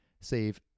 Save